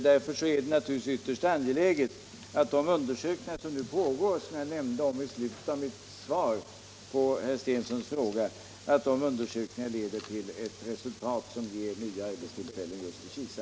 Därför är det ytterst angeläget att de undersökningar som nu pågår och som jag nämnde i slutet av mitt svar på herr Stenssons fråga leder till resultat som ger nya arbetstillfällen just i Kisa.